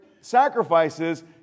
sacrifices